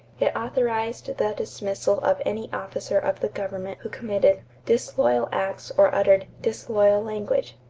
it authorized the dismissal of any officer of the government who committed disloyal acts or uttered disloyal language,